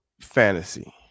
fantasy